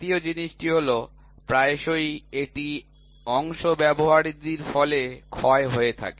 দ্বিতীয় জিনিসটি হল প্রায়শই একটি অংশ ব্যবহারাদির ফলে ক্ষয় হয়ে থাকে